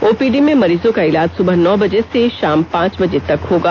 OPD में मरीजों का इलाज सुबह नौ बजे से शाम पांच बजे तक होगा